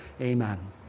Amen